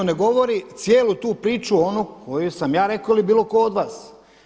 Ne govori cijelu tu priču onu koju sam ja rekao ili bilo ko od vas.